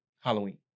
Halloween